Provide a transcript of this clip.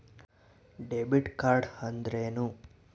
Debit card ಅಂದ್ರೇನು?